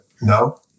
No